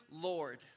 Lord